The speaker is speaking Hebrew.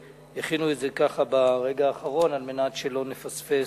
שהכינו את זה ככה ברגע האחרון על מנת שלא נפספס